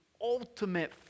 ultimate